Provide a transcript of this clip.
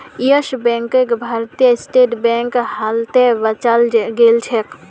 yes बैंकक भारतीय state bank हालते बचाल गेलछेक